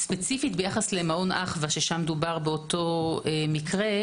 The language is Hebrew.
ספציפית ביחס למעון אחווה ששם דובר באותו מקרה,